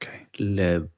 Okay